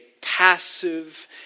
passive